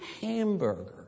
hamburger